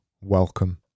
welcome